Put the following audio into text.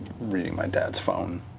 reading my dad's phone,